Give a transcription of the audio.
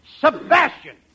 Sebastian